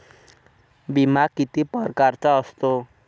बिमा किती परकारचा असतो?